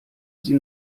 sie